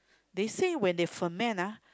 they say when they ferment ah